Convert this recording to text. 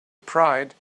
pride